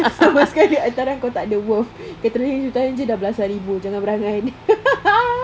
sama sekali hantaran kau takde worth catering jer dah belasan ribu jangan berangan